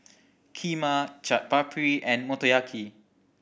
Kheema Chaat Papri and Motoyaki